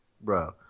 Bro